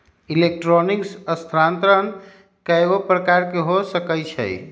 electronic स्थानान्तरण कएगो प्रकार के हो सकइ छै